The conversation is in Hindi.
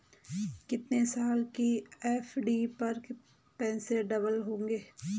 कितने साल की एफ.डी पर पैसे डबल होंगे?